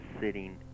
sitting